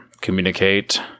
communicate